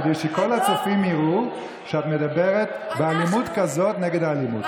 כדי שכל הצופים יראו שאת מדברת באלימות כזאת נגד האלימות.